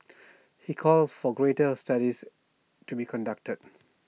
he called for greater studies to be conducted